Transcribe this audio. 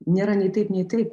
nėra nei taip nei taip